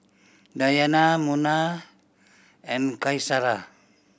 Dayana Munah and Qaisara